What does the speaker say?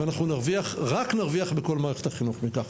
ואנחנו רק נרוויח בכל מערכת החינוך מכך.